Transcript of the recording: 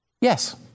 Yes